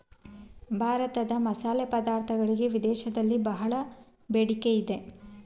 ಭಾರತದ ಮಸಾಲೆ ಪದಾರ್ಥಗಳಿಗೆ ವಿದೇಶದಲ್ಲಿ ಬಹಳ ಬೇಡಿಕೆ ಇದೆ